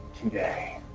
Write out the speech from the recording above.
today